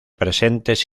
presentes